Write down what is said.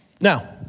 Now